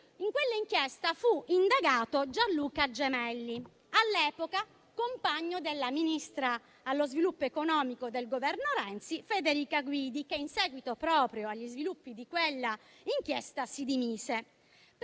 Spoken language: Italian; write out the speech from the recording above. In quell'inchiesta fu indagato Gianluca Gemelli, all'epoca compagno della ministra dello sviluppo economico del Governo Renzi, Federica Guidi, che proprio in seguito agli sviluppi di quell'inchiesta si dimise.